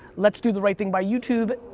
let's do the right thing by youtube.